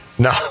No